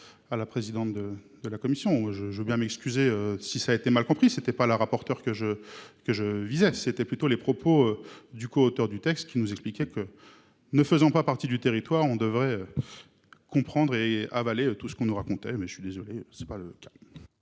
À la présidente de de la commission je je veux bien m'excuser si ça a été mal compris, ce n'était pas la rapporteure que je que je visais c'était plutôt les propos du co-, coauteur du texte qui nous expliquait que ne faisant pas partie du territoire, on devrait. Comprendre et avaler tout ce qu'on nous racontait mais je suis désolé c'est pas le cas.